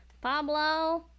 Pablo